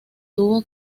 tuvo